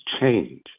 change